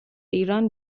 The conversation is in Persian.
ایران